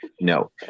no